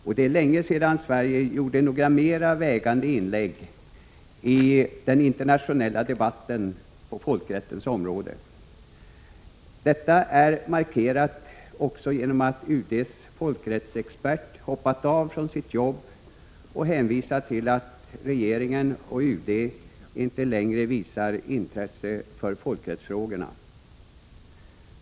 Det är länge sedan Sverige gjorde några mer vägande inlägg i den internationella debatten på folkrättens område. Detta är markerat också genom att UD:s folkrättsexpert hoppat av från sitt jobb och hänvisat till att regeringen och UD inte längre visar intresse för folkrättsfrågorna.